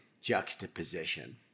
juxtaposition